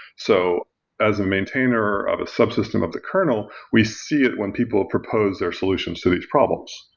so as a maintainer of a subsystem of the kernel, we see it when people propose their solutions to these problems,